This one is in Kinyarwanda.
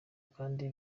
kandi